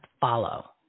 Follow